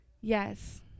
Yes